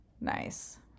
Nice